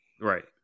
Right